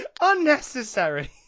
Unnecessary